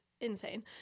insane